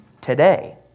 today